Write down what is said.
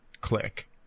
click